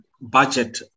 budget